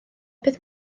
bydd